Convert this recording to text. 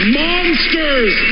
monsters